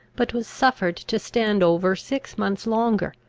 but was suffered to stand over six months longer.